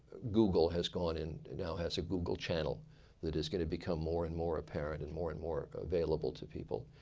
google has gone and and now has a google channel that is going to become more and more apparent and more and more available to people.